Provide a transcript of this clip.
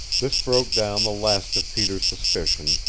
this broke down the last of peter's suspicion,